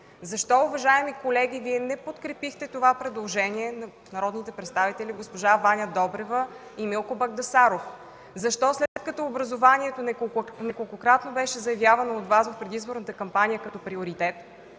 Защо, уважаеми колеги, Вие не подкрепихте това предложение от народните представители Ваня Добрева и Милко Багдасаров? Защо, след като неколкократно беше заявявано от Вас в предизборната кампания образованието